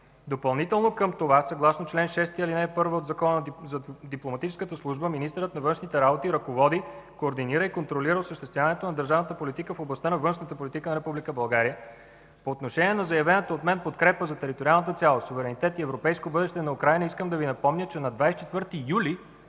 Допълнително към това съгласно чл. 6, ал. 1 от Закона за дипломатическата служба министърът на външните работи ръководи, координира и контролира осъществяването на държавната политика в областта на външната политика на Република България. По отношение на заявената от мен подкрепа за териториалната цялост, суверенитет и европейско бъдеще на Украйна искам да Ви напомня, че на 24 юли